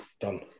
Done